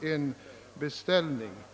en beställning.